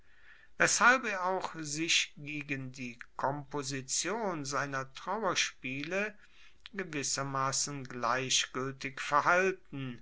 weshalb er auch sich gegen die komposition seiner trauerspiele gewissermassen gleichgueltig verhalten